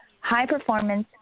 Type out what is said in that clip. high-performance